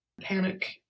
panic